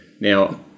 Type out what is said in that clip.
Now